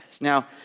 Now